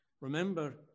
Remember